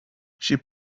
she